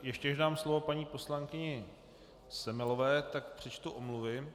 Ještě než dám slovo paní poslankyni Semelové, tak přečtu omluvy.